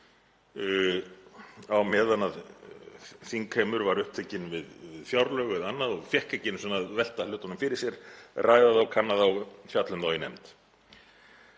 á meðan þingheimur var upptekinn við fjárlög eða annað og fékk ekki einu sinni að velta hlutunum fyrir sér, ræða þá, kanna þá og fjalla um þá í nefnd.